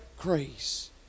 grace